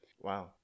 Wow